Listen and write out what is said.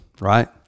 right